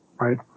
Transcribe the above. right